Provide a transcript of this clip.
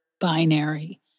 binary